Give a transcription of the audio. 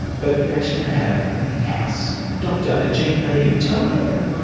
but you're actually going to have an in-house doctor, a gp. tell me about that.